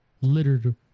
littered